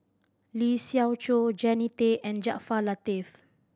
Lee Siew Choh Jannie Tay and Jaafar Latiff